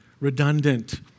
redundant